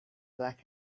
black